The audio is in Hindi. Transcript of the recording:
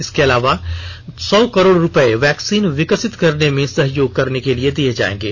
इसके अलावा सौ करोड़ रुपये वैक्सीन विकसित करने में सहयोग के लिए दिए जाएंगे